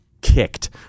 kicked